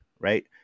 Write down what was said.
Right